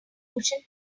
motion